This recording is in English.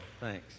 Thanks